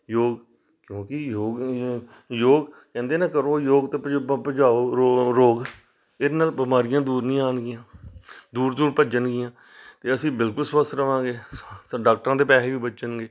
ਯੋਗ ਕਿਉਂਕਿ ਯੋਗ ਯੋਗ ਕਹਿੰਦੇ ਨਾ ਕਰੋ ਯੋਗ ਅਤੇ ਭਜਾਓ ਰੋਗ ਇਹਦੇ ਨਾਲ ਬਿਮਾਰੀਆਂ ਦੂਰ ਨਹੀਂ ਆਉਣਗੀਆਂ ਦੂਰ ਦੂਰ ਭੱਜਣਗੀਆਂ ਅਤੇ ਅਸੀਂ ਬਿਲਕੁਲ ਸਵੱਸਥ ਰਹਾਂਗੇ ਸਾਨੂੰ ਡਾਕਟਰਾਂ ਦੇ ਪੈਸੇ ਵੀ ਬਚਣਗੇ